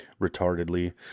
retardedly